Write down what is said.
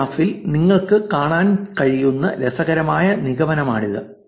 ഈ ഗ്രാഫിൽ നിങ്ങൾക്ക് കാണാൻ കഴിയുന്ന രസകരമായ നിഗമനമാണിത്